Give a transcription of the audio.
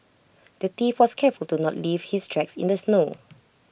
the thief was careful to not leave his tracks in the snow